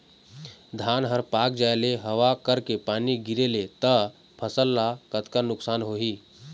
धान हर पाक जाय ले हवा करके पानी गिरे ले त फसल ला कतका नुकसान होही?